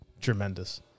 Tremendous